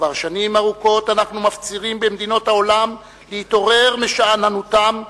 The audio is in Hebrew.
כבר שנים רבות אנחנו מפצירים במדינות העולם להתעורר משאננותן,